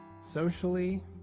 socially